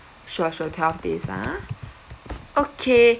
sure sure twelve days ah okay